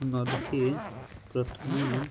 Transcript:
ନଦେଖି ପ୍ରଥମେ